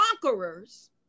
conquerors